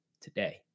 today